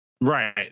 Right